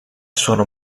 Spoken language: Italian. sono